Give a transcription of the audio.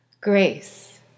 Grace